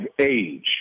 age